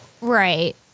right